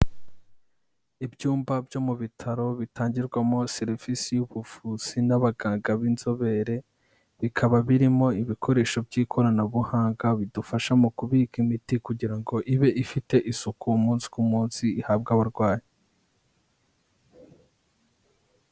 Ibyumba byo mu bitaro bitangirwamo serivisi y'ubuvuzi n'abaganga b'inzobere bikaba birimo ibikoresho by'ikoranabuhanga bidufasha mu kubika imiti kugira ngo ibe ifite isuku umunsi ku munsi ihabwa abarwayi.